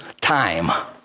time